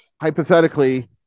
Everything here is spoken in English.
Hypothetically